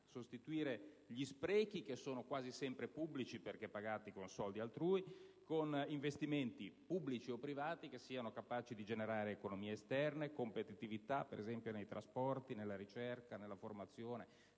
sostituire gli sprechi, che sono quasi sempre pubblici perché pagati con soldi altrui, con investimenti, pubblici o privati, che siano capaci di generare economie esterne, competitività, ad esempio nei trasporti, nella ricerca, nella formazione,